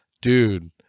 Dude